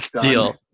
Deal